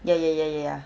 ya ya ya ya ya